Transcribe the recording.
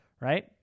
right